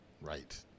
right